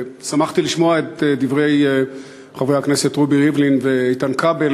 שמחתי לשמוע את דברי חברי הכנסת רובי ריבלין ואיתן כבל.